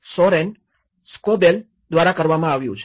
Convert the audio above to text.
Soren Scobel દ્વારા કરવામાં આવ્યું છે